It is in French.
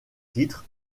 titre